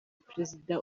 perezida